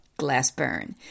Glassburn